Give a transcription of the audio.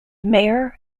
mayor